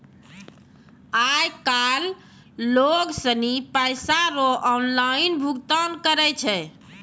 आय काइल लोग सनी पैसा रो ऑनलाइन भुगतान करै छै